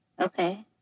Okay